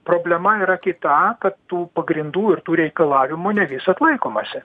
problema yra kita kad tų pagrindų ir tų reikalavimų ne visad laikomasi